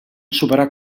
superar